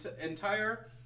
entire